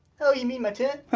oh, you mean my tent?